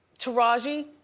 taraji,